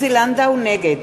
נגד